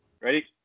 Ready